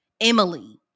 Emily